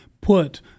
put